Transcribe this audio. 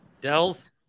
Dells